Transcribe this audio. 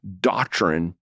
doctrine